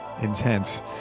intense